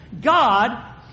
God